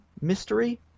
mystery